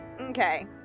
Okay